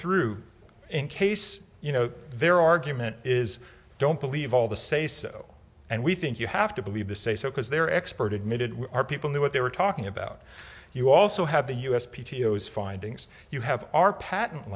through in case you know their argument is don't believe all the say so and we think you have to believe the say so because their expert admitted our people knew what they were talking about you also have the us p t o s findings you have our patent